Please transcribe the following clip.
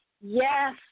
Yes